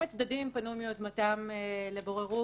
אם הצדדים פנו מיוזמתם לבוררות,